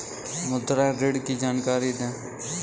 मुद्रा ऋण की जानकारी दें?